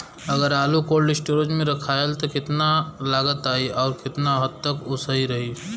अगर आलू cold storage में रखायल त कितना लागत आई अउर कितना हद तक उ सही रही?